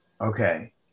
Okay